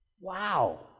wow